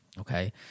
Okay